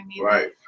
Right